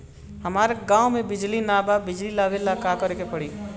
हमरा गॉव बिजली न बा बिजली लाबे ला का करे के पड़ी?